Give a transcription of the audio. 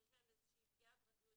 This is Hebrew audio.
שיש בהם איזושהי פגיעה בפרטיות,